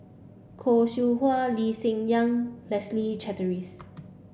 Khoo Seow Hwa Lee Hsien Yang Leslie Charteris